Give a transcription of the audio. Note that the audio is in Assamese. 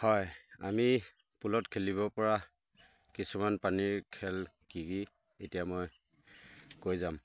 হয় আমি পুলত খেলিব পৰা কিছুমান পানীৰ খেল কি কি এতিয়া মই কৈ যাম